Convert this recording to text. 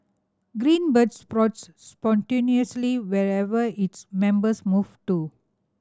Green Bird sprouts spontaneously wherever its members move to